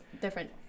different